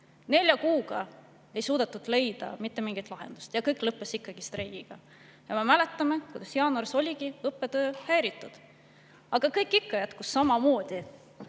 Nelja kuuga ei suudetud leida mitte mingit lahendust ja kõik lõppes ikkagi streigiga. Me mäletame, et jaanuaris oligi õppetöö häiritud, aga kõik jätkus ikka samamoodi.